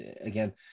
again